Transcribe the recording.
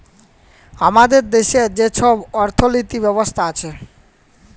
আমাদের দ্যাশে যে ছব অথ্থলিতি ব্যবস্থা আছে